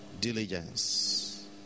diligence